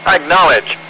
acknowledge